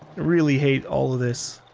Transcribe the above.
really hate all of this.